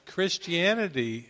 Christianity